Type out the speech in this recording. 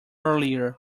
earlier